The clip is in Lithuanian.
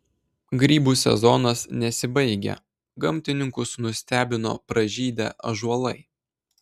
grybų sezonas nesibaigia gamtininkus nustebino pražydę ąžuolai